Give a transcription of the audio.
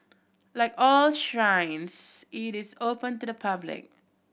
like all shrines it is open to the public